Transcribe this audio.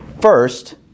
First